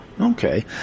Okay